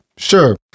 sure